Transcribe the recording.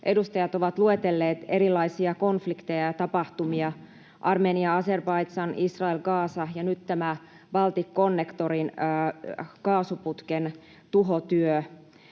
edustajat ovat luetelleet erilaisia konflikteja ja tapahtumia: Armenia, Azerbaidžan, Israel, Gaza ja nyt tämä Balticconnector-kaasuputken tuhotyö.